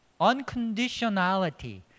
Unconditionality